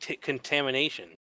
contamination